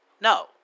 No